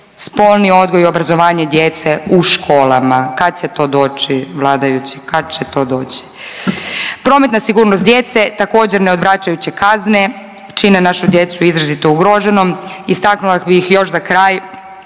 spolni odgoj i obrazovanje djece u školama. Kad će to doći vladajući, kad će to doći? Prometna sigurnost djece, također neodvračajuće kazne čine našu djecu izrazito ugroženom. Istaknula bih još za kraj